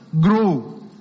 grow